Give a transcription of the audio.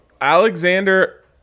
Alexander